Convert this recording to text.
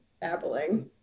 babbling